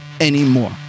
anymore